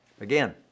Again